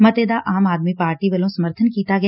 ਮੱਤੇ ਦਾ ਆਮ ਆਦਮੀ ਪਾਰਟੀ ਵੱਲੋਂ ਸਮਰਥਨ ਕੀਤਾ ਗਿਆ